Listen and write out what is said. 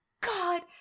God